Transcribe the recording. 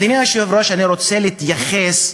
אדוני היושב-ראש, כבוד